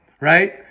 right